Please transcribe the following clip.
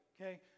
okay